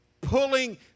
pulling